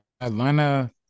atlanta